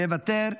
מוותר,